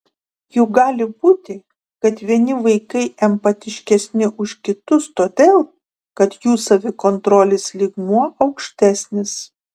juk gali būti kad vieni vaikai empatiškesni už kitus todėl kad jų savikontrolės lygmuo aukštesnis